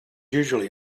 usually